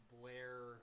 Blair